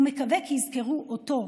הוא מקווה כי יזכרו אותו,